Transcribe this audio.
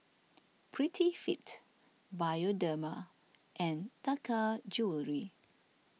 Prettyfit Bioderma and Taka Jewelry